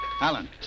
Alan